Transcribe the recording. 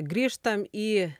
grįžtam į